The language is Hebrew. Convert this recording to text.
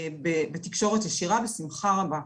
ובתקשורת ישירה, בשמחה רבה.